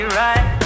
right